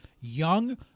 young